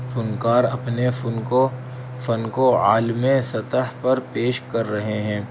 فنکار اپنے فن کو فن کو عالمی سطح پر پیش کر رہے ہیں